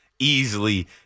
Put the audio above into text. Easily